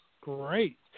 great